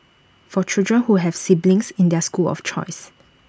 for children who have siblings in their school of choice